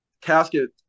Casket